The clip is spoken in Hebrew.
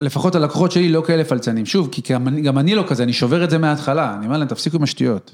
לפחות הלקוחות שלי לא כאלה פלצנים, שוב, כי גם אני לא כזה, אני שובר את זה מההתחלה, אני אומר להם תפסיקו עם השטויות.